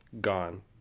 gone